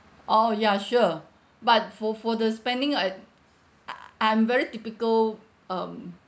orh ya sure but for for the spending I uh I'm very typical um